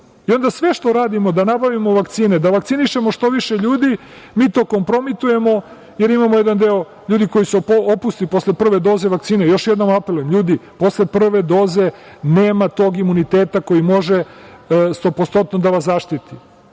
sve što radimo, da nabavimo vakcine, da vakcinišemo što više ljudi, mi to kompromitujemo, jer imamo jedan deo ljudi koji se opusti posle prve doze vakcine. Još jednom apelujem, posle prve doze nema tog imuniteta koji može 100% da vas zaštiti.